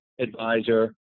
advisor